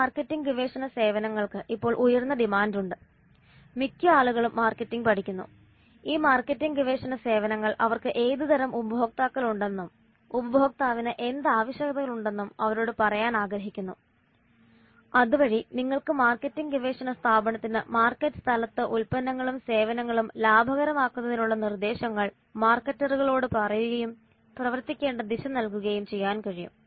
ഈ മാർക്കറ്റിംഗ് ഗവേഷണ സേവനങ്ങൾക്ക് ഇപ്പോൾ ഉയർന്ന ഡിമാൻഡുണ്ട് മിക്ക ആളുകളും മാർക്കറ്റിംഗ് പഠിക്കുന്നു ഈ മാർക്കറ്റിംഗ് ഗവേഷണ സേവനങ്ങൾ അവർക്ക് ഏതുതരം ഉപഭോക്താക്കളുണ്ടെന്നും ഉപഭോക്താവിന് എന്ത് ആവശ്യകതകളുണ്ടെന്നും അവരോട് പറയാൻ ആഗ്രഹിക്കുന്നു അതുവഴി നിങ്ങൾക്ക് മാർക്കറ്റിംഗ് ഗവേഷണ സ്ഥാപനത്തിന് മാർക്കറ്റ് സ്ഥലത്ത് ഉൽപന്നങ്ങളും സേവനങ്ങളും ലാഭകരമാക്കുന്നതിനുള്ള നിർദേശങ്ങൾ മാർക്കറ്ററുകളോട് പറയുകയും പ്രവർത്തിക്കേണ്ട ദിശ നൽകുകയും ചെയ്യാൻ കഴിയും